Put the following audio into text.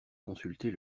consulter